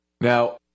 Now